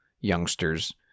youngsters